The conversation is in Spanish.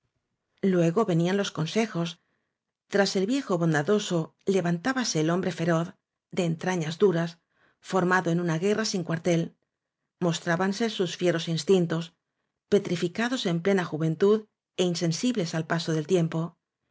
luego venían los consejos tras el viejo bondadoso levantábase el hombre feroz de entrañas duras formado en una cfüerra sin cuartel mostrábanse sus heros instintos petriñcados en plena juventud é insensibles al paso del tiempo